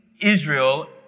Israel